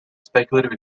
speculative